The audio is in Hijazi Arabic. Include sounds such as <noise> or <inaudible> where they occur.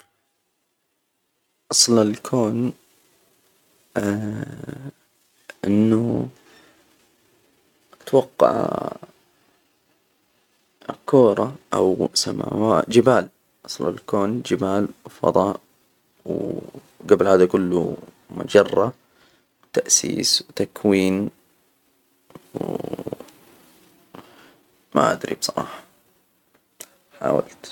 أصل الكون، <hesitation> إنه أتوقع، الكرة أو سماوة ، جبال أصل الكون، جبال وفضاء، وجبل هذا كله مجرة تأسيس وتكوين. <hesitation> إمم ما أدري بصراحة، حاولت.